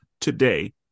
today